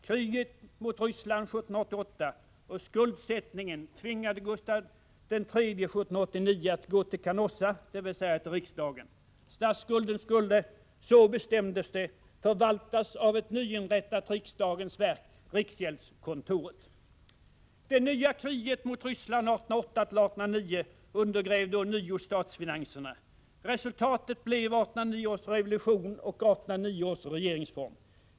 Kriget mot Ryssland 1788 och skuldsättningen tvingade Gustaf III 1789 att gå till Canossa, dvs. till riksdagen. Statsskulden skulle, så bestämdes det, förvaltas av ett nyinrättat riksdagens verk, riksgäldskontoret. Det nya kriget mot Ryssland 1808-1809 undergrävde ånyo statsfinanserna. Resultatet blev 1809 års revolution och 1809 års regeringsform.